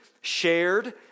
shared